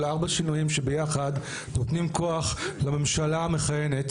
ארבע שינויים שביחד נותנים כוח לממשלה המכהנת,